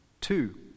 two